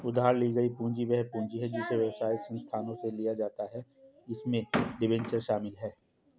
उधार ली गई पूंजी वह पूंजी है जिसे व्यवसाय संस्थानों से लिया जाता है इसमें डिबेंचर शामिल हैं